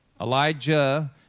Elijah